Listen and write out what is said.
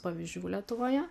pavyzdžių lietuvoje